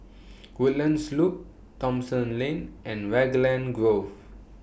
Woodlands Loop Thomson Lane and Raglan Grove